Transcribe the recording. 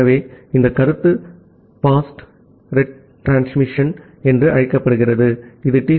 ஆகவே இந்த கருத்து ஃபாஸ்ட் ரெட்ரான்ஸ்மிஷன் என்று அழைக்கப்படுகிறது இது டி